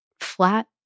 flat